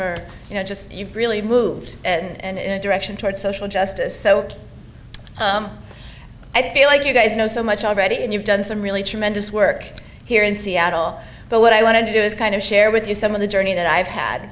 for you know just really moves and direction toward social justice so i feel like you guys know so much already and you've done some really tremendous work here in seattle but what i want to do is kind of share with you some of the journey that i've had